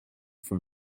for